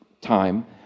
time